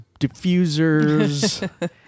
diffusers